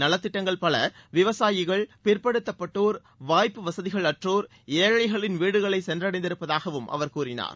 நலத்திட்டங்கள் பல விவசாயிகள் பிற்படுத்தப்பட்டோர் வாய்ப்டு வசதிகள் அற்றோர் ஏழழகளின் வீடுகளை சென்றடைந்திருப்பதாகவும் அவர் கூறினார்